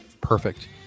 Perfect